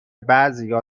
بعضیا